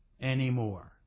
anymore